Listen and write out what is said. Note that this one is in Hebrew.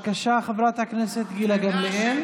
למשל בקיבוצים, למשל סטודנטים.